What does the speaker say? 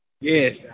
Yes